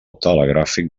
telegràfic